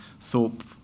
Thorpe